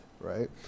right